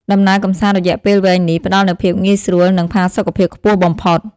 ដំណើរកម្សាន្តរយៈពេលវែងនេះ ផ្តល់នូវភាពងាយស្រួល និងផាសុកភាពខ្ពស់បំផុត។